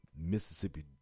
Mississippi